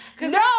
No